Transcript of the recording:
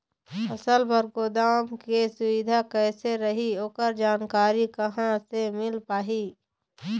फसल बर गोदाम के सुविधा कैसे रही ओकर जानकारी कहा से मिल पाही?